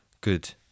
good